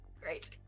Great